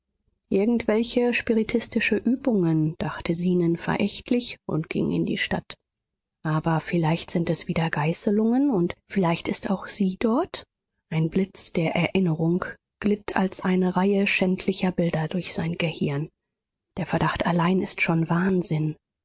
irgendwelche spiritistische übungen dachte zenon verächtlich und ging in die stadt aber vielleicht sind es wieder geißelungen und vielleicht ist auch sie dort ein blitz der erinnerung glitt als eine reihe schändlicher bilder durch sein gehirn der verdacht allein ist schon wahnsinn